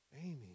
Amy